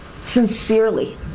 sincerely